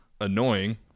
annoying